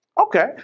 Okay